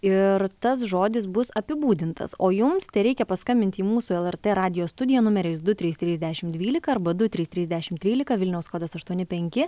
ir tas žodis bus apibūdintas o jums tereikia paskambinti į mūsų lrt radijo studiją numeriais du trys trys dešim dvylika arba du trys trys dešim trylika vilniaus kodas aštuoni penki